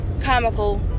comical